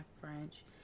French